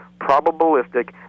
probabilistic